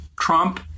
Trump